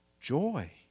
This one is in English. joy